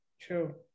True